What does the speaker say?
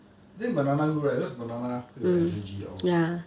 think banana good right because 会有 energy all